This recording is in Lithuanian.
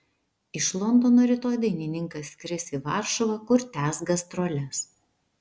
iš londono rytoj dainininkas skris į varšuvą kur tęs gastroles